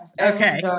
okay